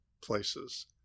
places